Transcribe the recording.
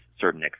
certain